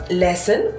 lesson